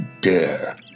dare